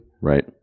Right